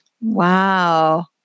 Wow